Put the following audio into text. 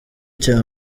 cya